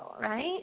right